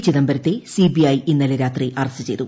ചിദംബരത്തെ സിബിഐ ഇന്നലെ രാത്രി അറസ്റ്റ് ചെയ്തു